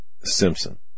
Simpson